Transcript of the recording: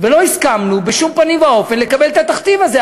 ולא הסכמנו בשום פנים ואופן לקבל את התכתיב הזה.